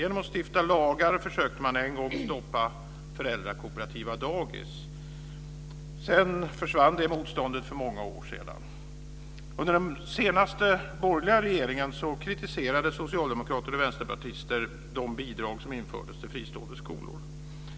Genom att stifta lagar försökte man en gång stoppa föräldrakooperativa dagis. Sedan försvann det motståndet för många år sedan. Under den senaste borgerliga regeringen kritiserade socialdemokrater och vänsterpartister de bidrag som infördes till fristående skolor.